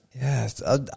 Yes